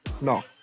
No